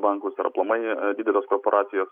bankus ar aplamai a dideles korporacijas